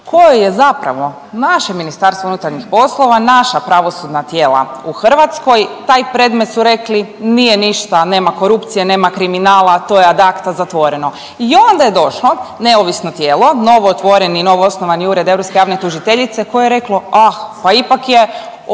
kojoj je zapravo naše Ministarstvo unutarnjih poslova, naša pravosudna tijela u Hrvatskoj taj predmet su rekli nije ništa, nema korupcije, nema kriminala, to je ad acta zatvoreno. I onda je došlo neovisno tijelo novootvoreni, novoosnovani Ured europske javne tužiteljice koje je reklo ah pa ipak je